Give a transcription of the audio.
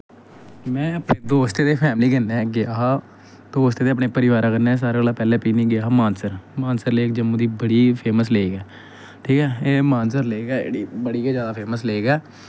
में अपने दोस्तें दी फैमली कन्नै गेआ हा दोस्तें दे अपने परिवारै कन्नै सारें कोला पैह्लें पिकनिक गेआ हा मानसर मानसर लेक जम्मू दी बड़ी फेमस लेक ऐ ठीक ऐ एह् मानसर लेक ऐ जेह्ड़ी बड़ी गै जादा फेमस लेक ऐ